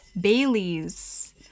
Baileys